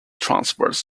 transverse